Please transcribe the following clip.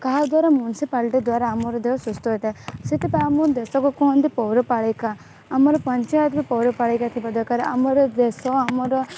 କାହା ଦ୍ୱାରା ମ୍ୟୁନିସିପାଲିଟି ଦ୍ୱାରା ଆମର ଦେହ ସୁସ୍ଥ ହୋଇଥାଏ ସେଇଥିପାଇଁ ଆମ ଦେଶକୁ କୁହନ୍ତି ପୌରପାଳିକା ଆମର ପଞ୍ଚାୟତ ପୌରପାଳିକା ଥିବା ଦରକାର ଆମର ଦେଶ ଆମର